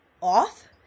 off